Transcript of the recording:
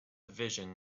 vision